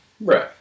Right